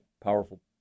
powerful